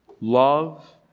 love